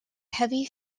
heavy